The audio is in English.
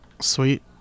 sweet